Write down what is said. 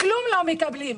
כלום אנחנו לא מקבלים.